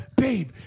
Babe